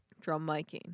Drum-miking